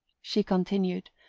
she continued,